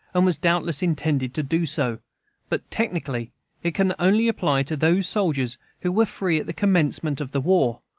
and was doubtless intended to do so but technically it can only apply to those soldiers who were free at the commencement of the war.